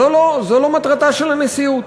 זו לא מטרת הנשיאות.